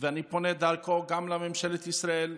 ואני פונה דרכו גם לממשלת ישראל: